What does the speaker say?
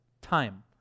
time